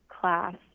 class